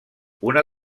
una